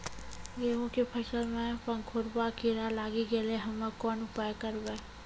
गेहूँ के फसल मे पंखोरवा कीड़ा लागी गैलै हम्मे कोन उपाय करबै?